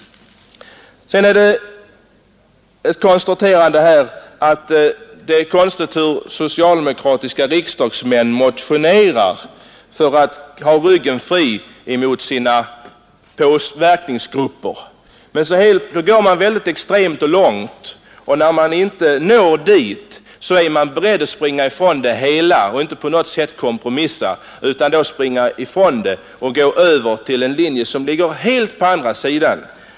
Det är egendomligt att konstatera hur socialdemokratiska riksdagsmän motionerar för att ha ryggen fri mot sina påtryckningsgrupper. Då går man väldigt långt, ja, man ställer extrema krav, men när man inte når sitt mål så är man beredd att springa ifrån det hela. Man vill inte på något sätt kompromissa, utan man går över till en linje som ligger helt på andra sidan.